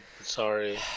Sorry